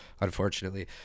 unfortunately